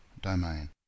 domain